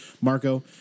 Marco